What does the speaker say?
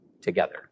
together